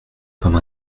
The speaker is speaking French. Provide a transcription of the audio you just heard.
comme